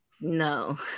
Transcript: No